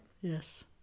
Yes